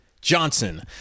Johnson